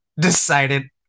decided